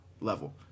level